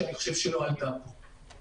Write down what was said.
שאני חושב שלא הועלתה פה.